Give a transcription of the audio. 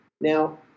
now